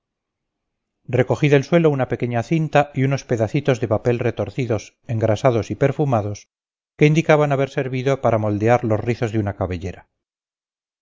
recogí del suelo una pequeña cinta y unos pedacitos de papel retorcidos engrasados y perfumados que indicaban haber servido para moldear los rizos de una cabellera